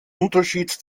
unterschied